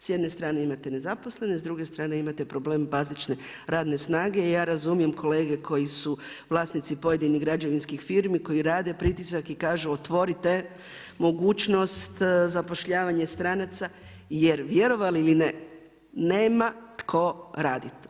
S jedne strane imate nezaposlene, s druge strane imate problem bazične radne snage i ja razumijem kolege koji su vlasnici pojedinih građevinskih firmi, koji rade pritisak i kažu otvorite mogućnost zapošljavanja stranaca jer vjerovali ili ne, nema tko raditi.